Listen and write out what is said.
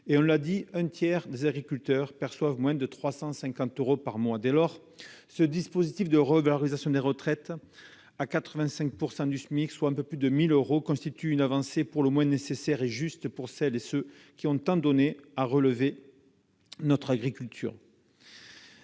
l'ont dit, un tiers des agriculteurs perçoivent moins de 350 euros par mois. Dès lors, ce dispositif de revalorisation des retraites à 85 % du SMIC, soit un peu plus de 1 000 euros, constitue une avancée juste et nécessaire pour celles et ceux qui ont tant donné pour relever notre agriculture.